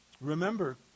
Remember